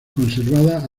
conservada